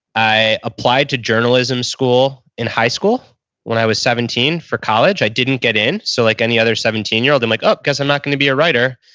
i applied to journalism school in high school when i was seventeen for college. i didn't get in. so, like any other seventeen year old i'm like, oh, guess i'm not going to be a writer.